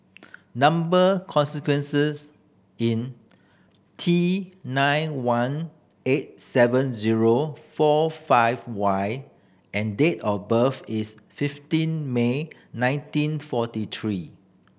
number consequences in T nine one eight seven zero four five Y and date of birth is fifteen May nineteen forty three